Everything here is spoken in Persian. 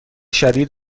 شدید